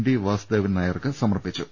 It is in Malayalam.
ടി വാസുദേവൻനായർക്ക് സമർപ്പിച്ചു